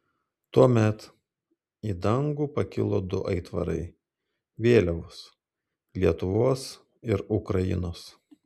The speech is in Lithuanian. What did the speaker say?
tuomet į dangų pakilo du aitvarai vėliavos lietuvos ir ukrainos